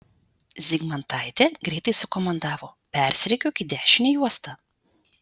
zygmantaitė greitai sukomandavo persirikiuok į dešinę juostą